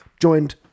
Joined